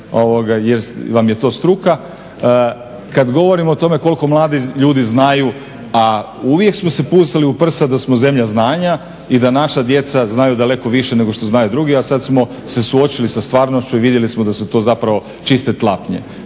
jer vam je to struka, kad govorimo o tome koliko mladi ljudi znaju. A uvijek smo se busali u prsa da smo zemlja znanja i da naša djeca znaju daleko više nego što znaju drugi, a sad smo se suočili sa stvarnošću i vidjeli smo da su to zapravo čiste tlapnje.